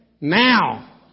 now